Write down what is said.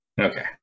Okay